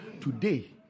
Today